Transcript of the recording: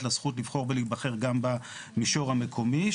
לזכות לבחור ולהיבחר גם במישור המקומי.